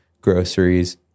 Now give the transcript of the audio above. Groceries